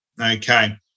okay